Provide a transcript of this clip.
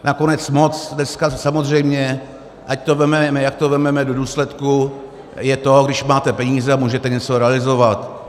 Nakonec moc dneska samozřejmě, ať to vezmeme, jak to vezmeme do důsledku, je to, když máte peníze a můžete něco realizovat.